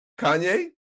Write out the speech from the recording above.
Kanye